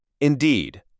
Indeed